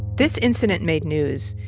this incident made news.